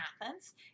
Athens